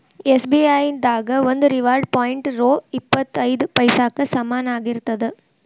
SBI ದಾಗ ಒಂದು reward point ರೊ ಇಪ್ಪತ್ ಐದ ಪೈಸಾಕ್ಕ ಸಮನಾಗಿರ್ತದ